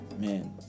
man